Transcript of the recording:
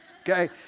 Okay